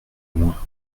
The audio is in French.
moins